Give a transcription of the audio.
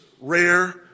rare